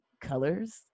colors